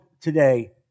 today